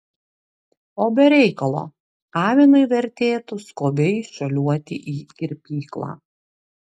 o be reikalo avinui vertėtų skubiai šuoliuoti į kirpyklą